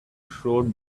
showed